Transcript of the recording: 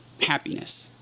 happiness